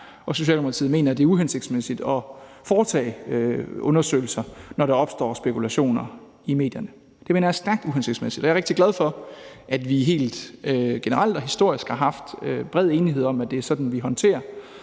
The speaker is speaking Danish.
og Socialdemokratiet mener, at det er uhensigtsmæssigt at foretage undersøgelser, når der opstår spekulationer i medierne. Det mener jeg er stærkt uhensigtsmæssigt. Jeg er rigtig glad for, at vi helt generelt og historisk set har haft bred enighed om, at det er sådan, vi håndterer